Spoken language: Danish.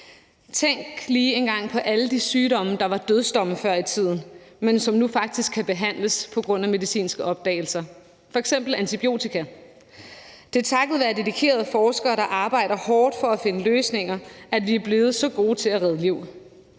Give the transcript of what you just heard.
Tænk lige engang på alle de sygdomme, der var dødsdomme før i tiden, men som nu faktisk kan behandles på grund af medicinske opdagelser, f.eks. antibiotika. Det er takket være dedikerede forskere, der arbejder hårdt for at finde løsninger, at vi er blevet så gode til at redde liv.